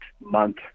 month